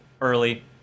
early